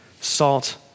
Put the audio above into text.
salt